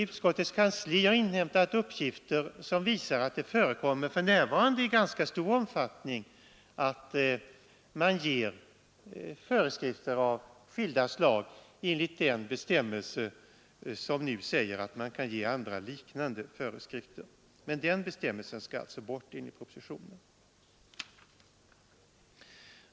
Utskottets kansli har inhämtat uppgifter som visar att det för närvarande förekommer i ganska stor omfattning att man ger föreskrifter av skilda slag enligt den bestämmelse som nu gäller, dvs.. att man kan ge andra, liknande föreskrifter. Den bestämmelsen skall alltså bort enligt propositionen.